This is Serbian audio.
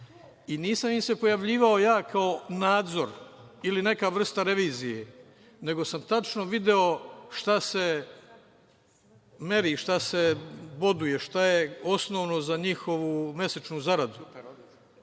Nisam im se pojavljivao ja kao nadzor ili neka vrsta revizije, nego sam tačno video šta se meri, šta se boduje, šta je osnovno za njihovu mesečnu zaradu